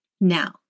now